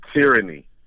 tyranny